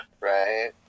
Right